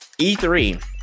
E3